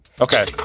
Okay